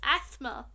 Asthma